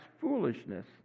foolishness